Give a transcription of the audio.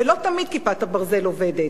ולא תמיד "כיפת הברזל" עובדת.